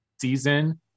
season